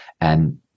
and-